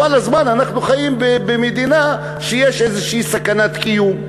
הזמן אנחנו חיים במדינה שיש בה איזושהי סכנת קיום,